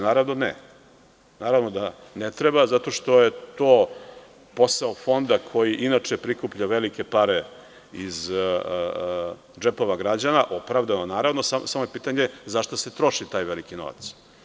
Naravno da ne treba zato što je to posao Fonda, koji inače prikuplja velike pare iz džepova građana opravdano, naravno, samo je pitanje za šta se troši taj veliki novac.